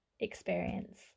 experience